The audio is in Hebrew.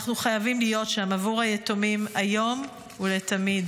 אנחנו חייבים להיות שם עבור היתומים היום ולתמיד.